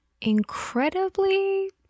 incredibly